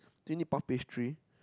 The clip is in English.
twenty puff pastry